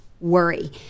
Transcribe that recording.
worry